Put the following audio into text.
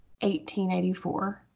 1884